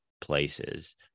places